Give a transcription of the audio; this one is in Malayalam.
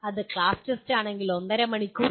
ഇത് ക്ലാസ് ടെസ്റ്റാണെങ്കിൽ ഒന്നര മണിക്കൂർ